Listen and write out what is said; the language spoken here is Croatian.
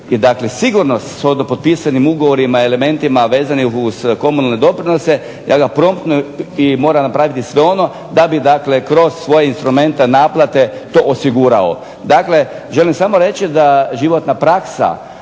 Dakle, sigurno s ovdje potpisanim ugovorima i elementima vezanim uz komunalne doprinose ja ga promptno i mora napraviti sve ono da bi dakle kroz svoje instrumente naplate osigurao. Dakle, želim samo reći da životna praksa